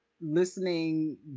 listening